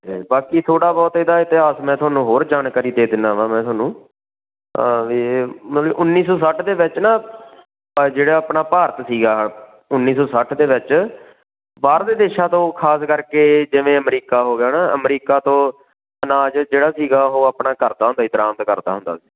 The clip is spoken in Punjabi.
ਅਤੇ ਬਾਕੀ ਥੋੜ੍ਹਾ ਬਹੁਤ ਇਹਦਾ ਇਤਿਹਾਸ ਮੈਂ ਤੁਹਾਨੂੰ ਹੋਰ ਜਾਣਕਾਰੀ ਦੇ ਦਿੰਦਾ ਵਾਂ ਮੈਂ ਤੁਹਾਨੂੰ ਤਾਂ ਵੀ ਇਹ ਮਤਲਬ ਉੱਨੀ ਸੌ ਸੱਠ ਦੇ ਵਿੱਚ ਨਾ ਜਿਹੜਾ ਆਪਣਾ ਭਾਰਤ ਸੀਗਾ ਉੱਨੀ ਸੌ ਸੱਠ ਦੇ ਵਿੱਚ ਬਾਹਰਲੇ ਦੇਸ਼ਾਂ ਤੋਂ ਖਾਸ ਕਰਕੇ ਜਿਵੇਂ ਅਮਰੀਕਾ ਹੋ ਗਿਆ ਨਾ ਅਮਰੀਕਾ ਤੋਂ ਅਨਾਜ ਜਿਹੜਾ ਸੀਗਾ ਉਹ ਆਪਣਾ ਕਰਦਾ ਹੁੰਦਾ ਸੀ ਦਰਾਮਦ ਕਰਦਾ ਹੁੰਦਾ ਸੀ